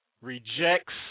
Rejects